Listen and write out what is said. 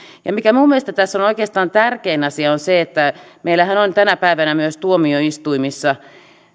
ja se mikä minun mielestäni tässä on oikeastaan tärkein asia on se että meillähän on tänä päivänä myös tuomioistuimissa